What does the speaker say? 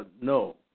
No